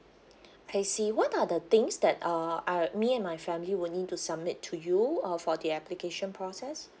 I see what are the things that uh uh me and my family will need to submit to you uh for the application process